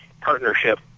partnership